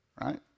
right